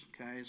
Okay